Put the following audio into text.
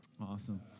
Awesome